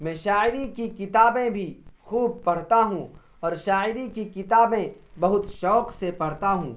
میں شاعری کی کتابیں بھی خوب پڑھتا ہوں اور شاعری کی کتابیں بہت شوق سے پڑھتا ہوں